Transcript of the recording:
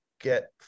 get